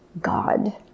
God